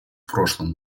прошлом